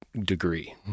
degree